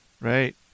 Right